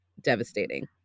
devastating